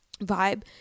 vibe